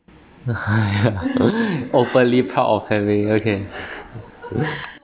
openly proud of having okay